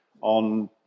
on